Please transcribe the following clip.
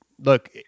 look